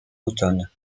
automne